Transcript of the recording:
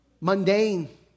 mundane